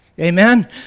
Amen